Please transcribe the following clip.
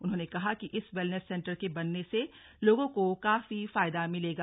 उन्होंने कहा कि इस वैलनेस सेन्टर के बनने से लोगो को काफी फायदा मिलेगा